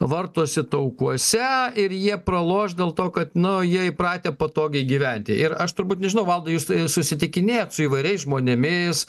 vartosi taukuose ir jie praloš dėl to kad nu jie įpratę patogiai gyventi ir aš turbūt nežinau valdai jūs e susitikinėjat su įvairiais žmonėmis